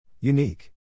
Unique